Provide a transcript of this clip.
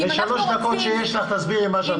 בשלוש דקות שיש לך תסבירי מה שאת רוצה.